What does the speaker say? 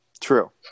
True